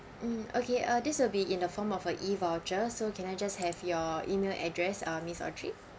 mm okay uh this will be in the form of a e voucher so can I just have your email address uh miss audrey